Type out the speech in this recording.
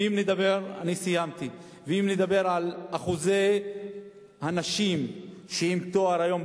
ואם נדבר על אחוזי הנשים שהן עם תואר היום,